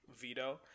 veto